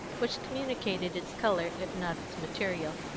which communicated its colour, if not its material,